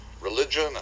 religion